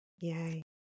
yay